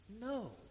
No